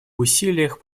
усилиях